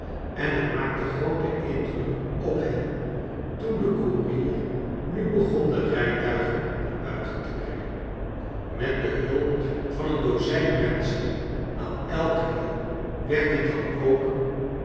en het rnaakte grooten indruk op hen toen de koerier nu begon de rijtuigen naar buiten te brengen met de hulp van een dozijn menschen aan elk wiel werd dit dan ook